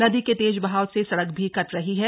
नदी के तेज बहाव से सड़क भी कट रही है